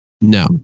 No